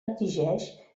exigeix